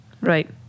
Right